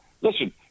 Listen